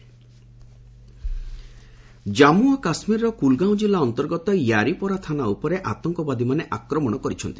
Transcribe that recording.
JK attack Jammu ଓ କାଶ୍ମୀରର କୁଲ୍ଗାଓଁ ଜିଲ୍ଲା ଅନ୍ତର୍ଗତ ୟାରିପୋରା ଥାନା ଉପରେ ଆତଙ୍କବାଦୀମାନେ ଆକ୍ରମଣ କରିଛନ୍ତି